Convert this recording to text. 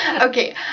Okay